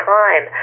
time